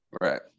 Right